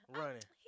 running